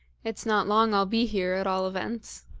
it's not long i'll be here at all events.